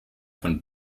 von